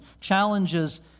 challenges